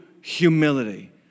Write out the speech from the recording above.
humility